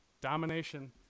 Domination